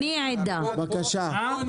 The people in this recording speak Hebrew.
אני רוצה לסכם את הדיון.